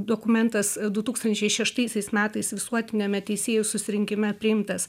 dokumentas du tūkstančiai šeštaisiais metais visuotiniame teisėjų susirinkime priimtas